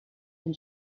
and